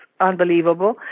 unbelievable